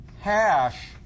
hash